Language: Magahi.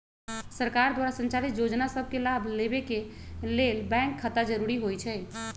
सरकार द्वारा संचालित जोजना सभके लाभ लेबेके के लेल बैंक खता जरूरी होइ छइ